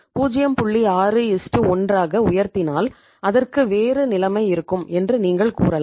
61 ஆக உயர்த்தினால் அதற்கு வேறு நிலைமை இருக்கும் என்று நீங்கள் கூறலாம்